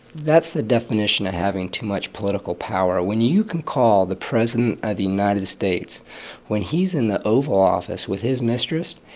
that's the definition of having too much political power. when you can call the president of the united states when he's in the oval office with his mistress,